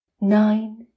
Nine